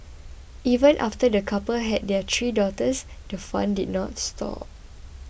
even after the couple had their three daughters the fun did not stop